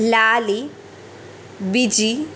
Lali Viji